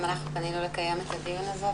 גם אנחנו פנינו לקיים את הדיון הזה.